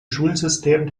schulsystem